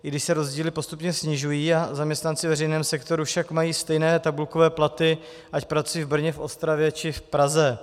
I když se rozdíly postupně snižují, zaměstnanci veřejného sektoru však mají stejné tabulkové platy, ať pracují v Brně, Ostravě či v Praze.